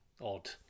odd